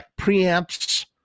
preamps